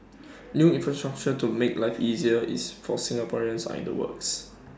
new infrastructure to make life easier is for Singaporeans are in the works